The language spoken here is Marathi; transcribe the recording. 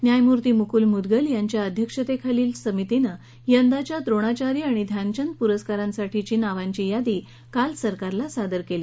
न्यायमूर्ती मुकूल मुद्गल यांच्या अध्यक्षतेखालील समितीनं यंदाच्या द्रोणाचार्य आणि ध्यानचंद पुरस्कारांसाठी ची नावांची यादी काल सरकारला सादर केली